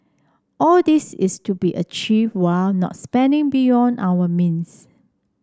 all this is to be achieve while not spending beyond our means